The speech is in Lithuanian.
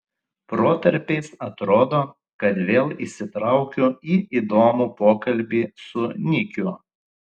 protarpiais atrodo kad vėl įsitraukiu į įdomų pokalbį su nikiu